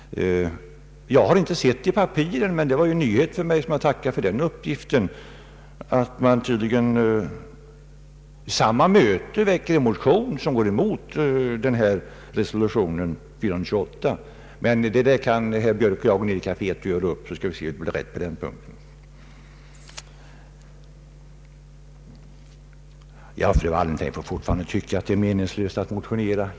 Jag har inte sett det i papperen, utan det var en nyhet för mig som jag tackar för, att det tydligen vid samma möte väcktes en motion som går emot resolution 428. Men det där kan herr Björk och jag gå ned i kaféet och göra upp, så skall vi se till att det blir rätt på den punkten. Fru Wallentheim får fortfarande tycka att det är meningslöst att motionera.